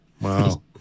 Wow